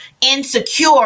insecure